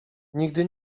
nigdy